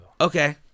Okay